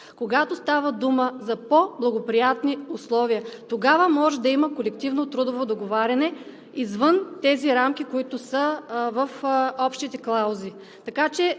Когато става дума за по-благоприятни условия, тогава може да има колективно трудово договаряне извън тези рамки, които са в общите клаузи,